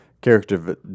character